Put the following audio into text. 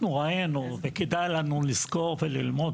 אנחנו ראינו וכדאי לנו לזכור וללמוד